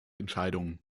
entscheidungen